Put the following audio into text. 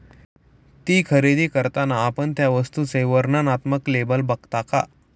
ती खरेदी करताना आपण त्या वस्तूचे वर्णनात्मक लेबल बघता का?